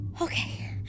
Okay